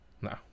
No